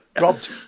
Robbed